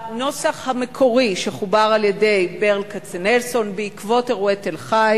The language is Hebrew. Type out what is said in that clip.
הנוסח המקורי שחובר על-ידי ברל כצנלסון בעקבות אירועי תל-חי